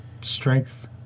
strength